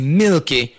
milky